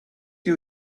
you